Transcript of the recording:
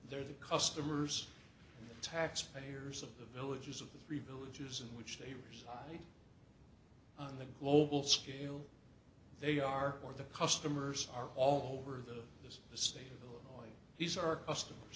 the customers taxpayers of the villages of the three villages in which they reside on the global scale they are or the customers are all over the state of illinois he's our customers